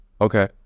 okay